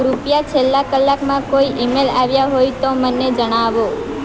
કૃપયા છેલ્લા કલાકમાં કોઈ ઈમેલ આવ્યા હોય તો મને જણાવો